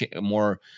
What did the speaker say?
more